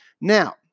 Now